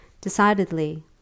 decidedly